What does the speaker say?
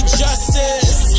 justice